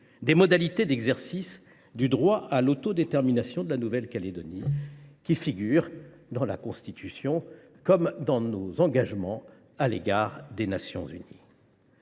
des modalités d’exercice du droit à l’autodétermination de la Nouvelle Calédonie, qui figure dans la Constitution comme dans nos engagements à l’égard des Nations unies.